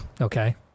Okay